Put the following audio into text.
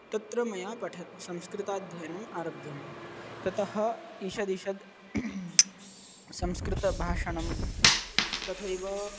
तत्र मया पठनं संस्कृताध्ययनम् आरब्धं ततः ईषदिषद् संस्कृतभाषणं तथैव